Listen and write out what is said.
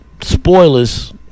spoilers